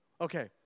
Okay